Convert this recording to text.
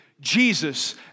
Jesus